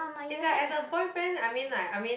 is like as a boyfriend I mean like I mean